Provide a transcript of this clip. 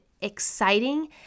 exciting